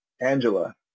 Angela